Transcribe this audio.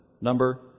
Number